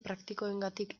praktikoengatik